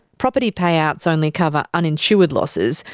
property payouts only cover uninsured losses,